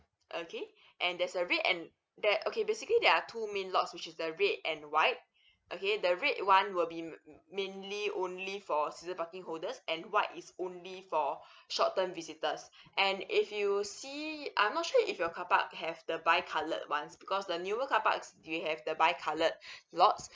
okay and there's a red and there okay basically there are two main lots which is the red and white okay the red one will be m~ mainly only for season parking holders and white is only for short term visitors and if you see I'm not sure if your car park have the by coloured ones because the newer car parks we have the by coloured lots